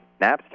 Napster